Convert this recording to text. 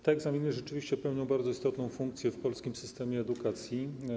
Te egzaminy rzeczywiście pełnią bardzo istotną funkcję w polskim systemie edukacji.